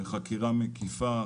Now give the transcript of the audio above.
חקירה מקיפה,